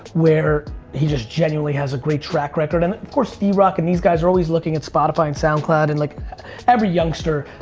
where he just generally has a great track record and course drock and these guys are always looking at spotify and soundcloud and like every youngster,